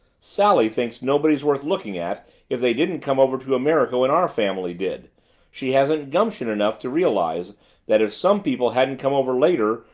sally thinks nobody's worth looking at if they didn't come over to america when our family did she hasn't gumption enough to realize that if some people hadn't come over later,